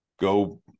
go